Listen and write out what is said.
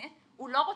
הוא לא רוצה.